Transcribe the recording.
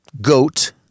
goat